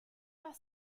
par